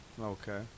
Okay